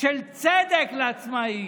צדק לעצמאים.